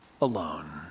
alone